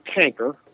tanker